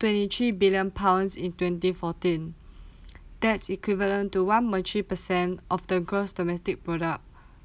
twenty three billion pounds in twenty fourteen that's equivalent to one point three percent of the gross domestic product